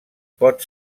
pot